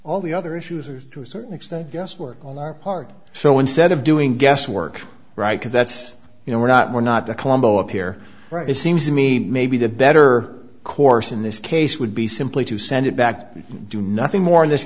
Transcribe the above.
all the other issues are to a certain extent guesswork on our part so instead of doing guesswork right that's you know we're not we're not to colombo up here it seems to me maybe the better course in this case would be simply to send it back to do nothing more in this